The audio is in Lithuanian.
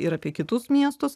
ir apie kitus miestus